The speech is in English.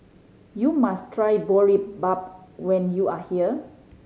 you must try Boribap when you are here